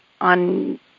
on